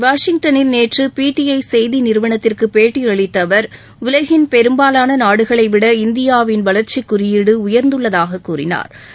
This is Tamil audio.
வாஷிங்டனில் நேற்று பிடிஜ செய்தி நிறுவனத்திற்கு பேட்டி அளித்த அவர் உலகின் பெரும்பாலான நாடுகளை விட இந்தியாவின் வளர்ச்சி குறியீடு உயர்ந்துள்ளதாக கூறினாா்